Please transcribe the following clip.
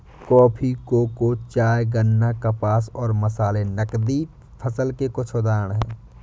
coffee, cocoa, चाय, गन्ना, कपास और मसाले नकदी फसल के कुछ उदाहरण हैं